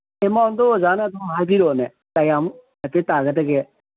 ꯑꯦꯃꯥꯎꯟꯗꯣ ꯑꯣꯖꯥꯅ ꯑꯗꯨꯝ ꯍꯥꯏꯕꯤꯔꯛꯑꯣꯅꯦ ꯀꯌꯥꯃꯨꯛ ꯍꯥꯏꯐꯦꯠ ꯇꯥꯒꯗꯒꯦ